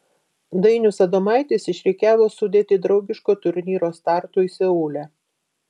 dainius adomaitis išrikiavo sudėtį draugiško turnyro startui seule